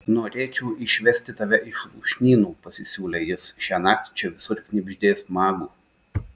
norėčiau išvesti tave iš lūšnynų pasisiūlė jis šiąnakt čia visur knibždės magų